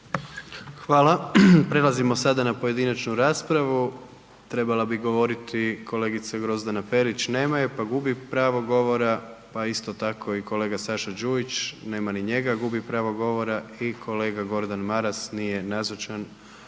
Hvala. Prelazimo sada na pojedinačnu raspravu, trebala bi govoriti kolegica Grozdana Perić, nema je, pa gubi pravo govora, pa isto tako i kolega Saša Đujić, nema ni njega, gubi pravo govora i kolega Gordan Maras, nije nazočan,